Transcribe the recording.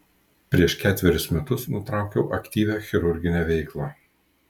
prieš ketverius metus nutraukiau aktyvią chirurginę veiklą